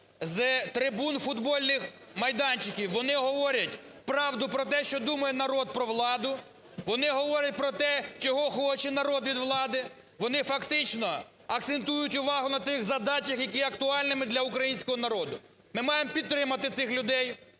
З трибун футбольних майданчиків вони говорять правду про те, що думає народ про владу, вони говорять про те, чого хоче народ від влади. Вони фактично акцентують увагу на тих задачах, які є актуальними для українського народу. Ми маємо підтримати цих людей,